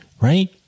right